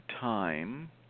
time